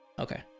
Okay